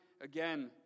again